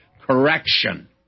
correction